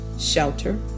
shelter